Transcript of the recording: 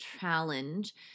challenge